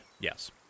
yes